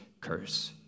curse